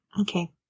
Okay